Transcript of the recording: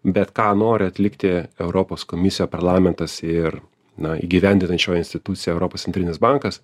bet ką nori atlikti europos komisija parlamentas ir na įgyvendinančioji institucija europos centrinis bankas